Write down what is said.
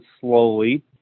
slowly